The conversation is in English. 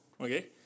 Okay